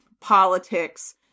politics